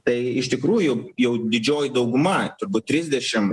tai iš tikrųjų jau didžioji dauguma turbūt trisdešim